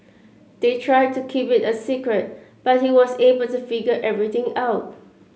they tried to keep it a secret but he was able to figure everything out